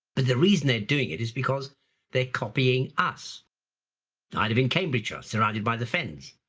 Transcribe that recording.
but the reason they're doing it is because they're copying us kind of in cambridgeshire surrounded by the fens.